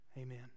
amen